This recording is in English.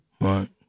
Right